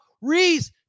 Reese